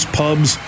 pubs